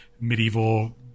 medieval